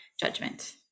judgment